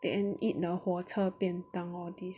then eat the 火车便当 all these